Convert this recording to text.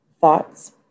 thoughts